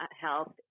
health